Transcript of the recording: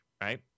right